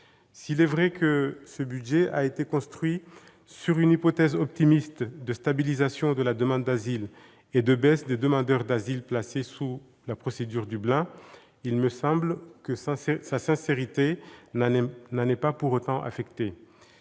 S'il est vrai que ce budget repose sur une hypothèse optimiste de stabilisation de la demande d'asile et de baisse des demandeurs d'asile placés sous la procédure Dublin, il me semble que sa sincérité n'en est pas pour autant affectée.